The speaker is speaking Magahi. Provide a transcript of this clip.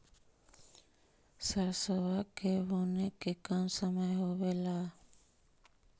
सरसोबा के बुने के कौन समय होबे ला?